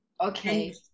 Okay